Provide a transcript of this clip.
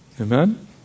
Amen